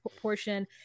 portion